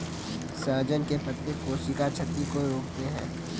सहजन के पत्ते कोशिका क्षति को रोकते हैं